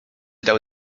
dał